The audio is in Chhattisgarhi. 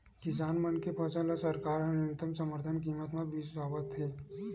किसान मन के फसल ल सरकार ह न्यूनतम समरथन कीमत म बिसावत हे